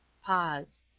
pause.